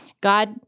God